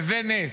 וזה נס.